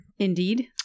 Indeed